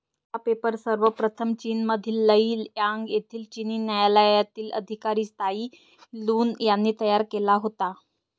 हा पेपर सर्वप्रथम चीनमधील लेई यांग येथील चिनी न्यायालयातील अधिकारी त्साई लुन यांनी तयार केला होता